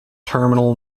terminal